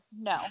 no